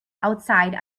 outside